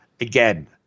Again